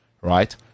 Right